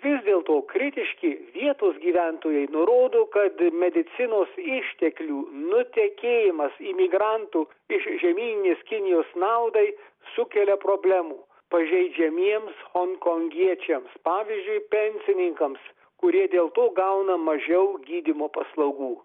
vis dėlto kritiški vietos gyventojai nurodo kad medicinos išteklių nutekėjimas imigrantų iš žemyninės kinijos naudai sukelia problemų pažeidžiamiems honkongiečiams pavyzdžiui pensininkams kurie dėl to gauna mažiau gydymo paslaugų